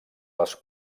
les